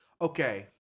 okay